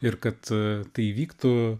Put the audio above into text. ir kad a tai įvyktų